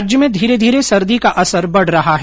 राज्य में धीरे धीरे सर्दी का असर बढ रहा है